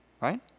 right